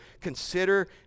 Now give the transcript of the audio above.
consider